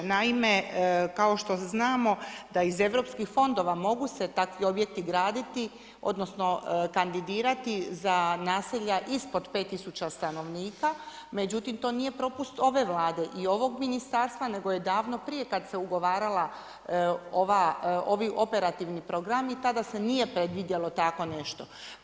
Naime, kao što znamo da iz europskih fondova mogu se takvi objekti graditi odnosno kandidirati za naselja ispod 5 tisuća stanovnika, međutim to nije propust ove Vlade i ovog ministarstva nego je davno prije kada se ugovarala ovi operativni programi tada se nije predvidjelo tako nešto.